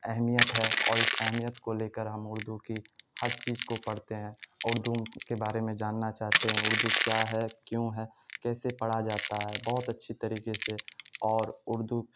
اہمیت ہے اور اس اہمیت کو لے کر ہم اردو کی ہر چیز کو پڑھتے ہیں اردو کے بارے میں جاننا چاہتے ہیں اردو کیا ہے کیوں ہے کیسے پڑھا جاتا ہے بہت اچھی طریقے سے اور اردو